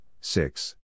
six